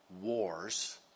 wars